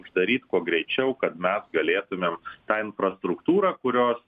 uždaryt kuo greičiau kad mes galėtumėm tą infrastruktūrą kurios